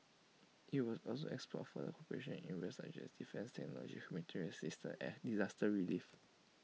IT will also explore further cooperation in areas such as defence technology humanitarian assistance and disaster relief